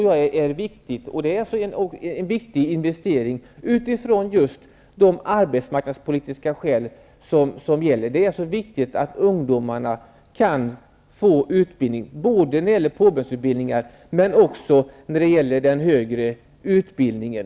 Jag tror att det är en viktig investering utifrån just arbetsmarknadspolitiska skäl. Det är viktigt att ungdomarna kan få utbildningsplatser, både inom påbyggnadsutbildningar och inom den högre utbildningen.